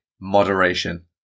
moderation